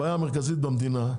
הבעיה המרכזית במדינה,